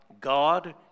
God